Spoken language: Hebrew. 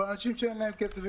ואנשים שאין להם כסף?